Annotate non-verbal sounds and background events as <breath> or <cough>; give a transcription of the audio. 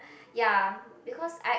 <breath> ya because I